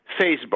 facebook